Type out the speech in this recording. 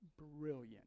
brilliant